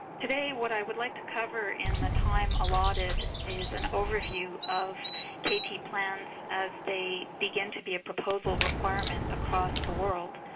today what i would like to cover in the time allotted is an overview of kt plans as they begin to be a proposal requirement across the world.